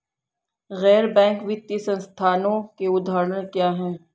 गैर बैंक वित्तीय संस्थानों के उदाहरण क्या हैं?